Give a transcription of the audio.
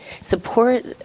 support